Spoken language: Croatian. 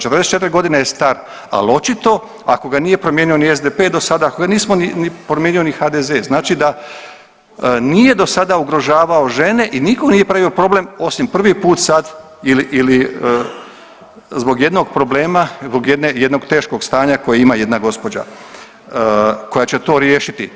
44 godine je star, ali očito ako ga nije promijenio ni SDP do sada, ako ga nije promijenio ni HDZ znači da nije do sada ugrožavao žene i nitko nije pravio problem osim prvi put sad ili zbog jednog problema, zbog jednog teškog stanja koje ima jedna gospođa koja će to riješiti.